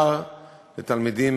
ויש להם ילדים,